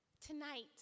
Tonight